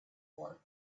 war